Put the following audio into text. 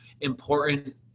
important